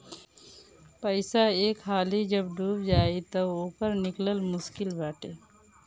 पईसा एक हाली जब डूब जाई तअ ओकर निकल मुश्लिक बाटे